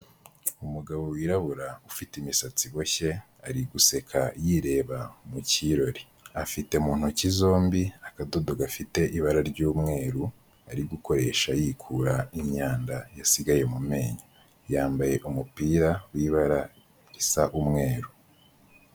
Umugabo wirabura ufite imisatsi iboshye ari guseka yireba mu kirori, afite mu ntoki zombi akadodo gafite ibara ry'umweru ari gukoresha yikura n imyanda yasigaye mu minyo yambaye umupira w'ibara risa umweru.